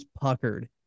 puckered